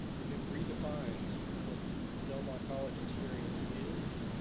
if it redefines what the del mar college experience is,